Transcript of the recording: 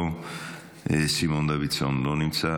לא נמצא,